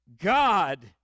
God